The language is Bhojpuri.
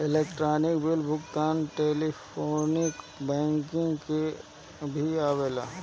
इलेक्ट्रोनिक बिल भुगतान में टेलीफोनिक बैंकिंग भी आवेला